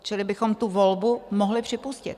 Čili bychom tu volbu mohli připustit.